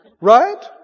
Right